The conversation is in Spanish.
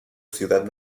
ciudad